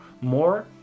more